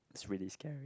is really scary